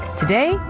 today,